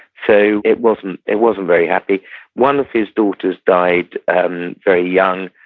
so it wasn't it wasn't very happy one of his daughters died um very young,